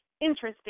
interesting